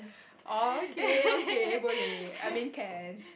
okay okay Boleh I mean can